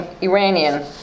Iranian